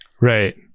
right